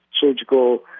surgical